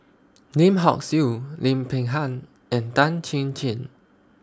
Lim Hock Siew Lim Peng Han and Tan Chin Chin